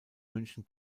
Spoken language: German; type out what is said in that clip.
münchen